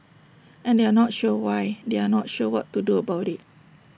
and they are not sure why they are not sure what to do about IT